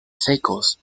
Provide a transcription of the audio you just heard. secos